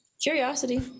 curiosity